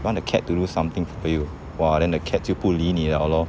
want the cat to do something for you !wah! than the cat 就不理你 liao lor